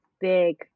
big